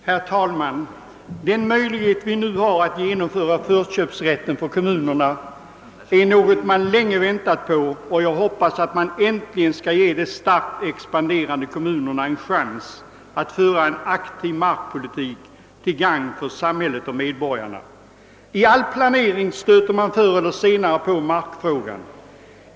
Herr talman! Den möjlighet vi nu har att genomföra förköpsrätten för kommunerna är något man länge väntat på, och jag hoppas att man äntligen skall ge de starkt expanderande kommunerna en chans att föra en aktiv markpolitik till gagn för samhälle och medborgare. I all planering stöter man förr eller senare på markfrågan.